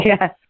Yes